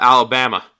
Alabama